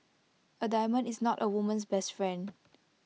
A diamond is not A woman's best friend